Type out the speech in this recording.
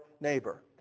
neighbor